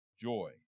joy